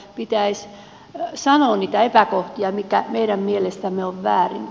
pitäisi sanoa niitä epäkohtia mitkä meidän mielestämme ovat väärin